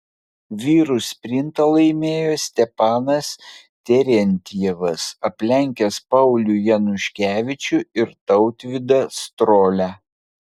vyrų sprintą laimėjo stepanas terentjevas aplenkęs paulių januškevičių ir tautvydą strolią